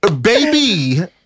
Baby